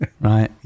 Right